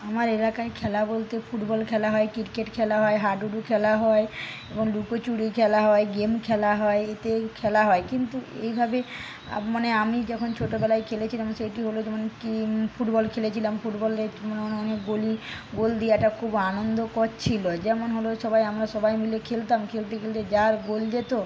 আমার এলাকায় খেলা বলতে ফুটবল খেলা হয় ক্রিকেট খেলা হয় হাডুডু খেলা হয় এবং লুকোচুরি খেলা হয় গেম খেলা হয় এতে খেলা হয় কিন্তু এভাবে মানে আমি যখন ছোটোবেলায় খেলেছিলাম সেটি হল যেমন কি ফুটবল খেলেছিলাম ফুটবলের আমি বলি গোল দেওয়াটা খুব আনন্দকর ছিল যেমন হল সবাই আমরা সবাই মিলে খেলতাম খেলতে খেলেতে যার গোল যেত